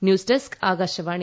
news desk Akashvani